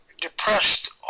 depressed